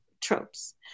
tropes